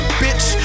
bitch